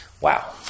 Wow